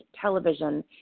television